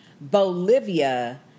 Bolivia